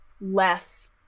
less